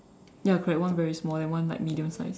ya correct one very small then one like medium sized